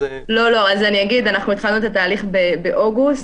התחלנו את התהליך באוגוסט,